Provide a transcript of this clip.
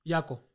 Yako